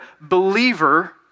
believer